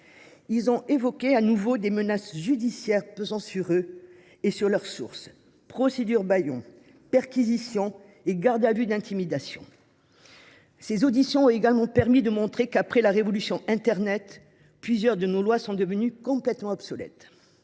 Ils ont évoqué, de nouveau, les menaces judiciaires qui pèsent sur eux et sur leurs sources : procédures bâillons, perquisitions et gardes à vue d’intimidation… Ces auditions ont également permis de montrer que, après la révolution de l’internet, plusieurs de nos lois sont devenues complètement obsolètes.